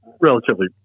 relatively